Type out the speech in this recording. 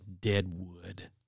Deadwood